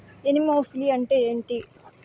Anemophily అంటే ఏంటి?